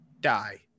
die